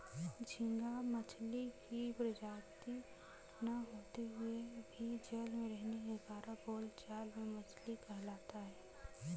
झींगा मछली की प्रजाति न होते हुए भी जल में रहने के कारण बोलचाल में मछली कहलाता है